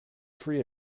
free